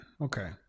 Okay